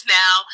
now